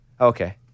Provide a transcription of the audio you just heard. Okay